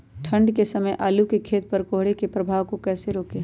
ठंढ के समय आलू के खेत पर कोहरे के प्रभाव को कैसे रोके?